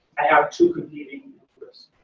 i have two competing interests.